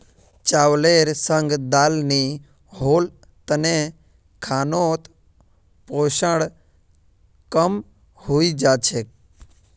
चावलेर संग दाल नी होल तने खानोत पोषण कम हई जा छेक